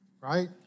right